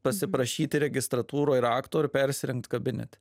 pasiprašyti registratūroj rakto ir persirengt kabinete